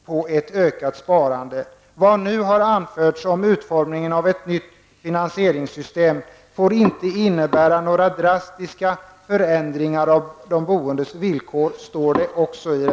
I reservationen står det också att det som har anförts om utformningen av ett nytt finansieringssystem inte får innebära några drastiska förändringar av de boendes villkor.